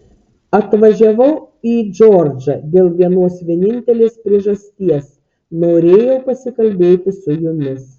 atvažiavau į džordžą dėl vienos vienintelės priežasties norėjau pasikalbėti su jumis